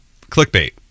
clickbait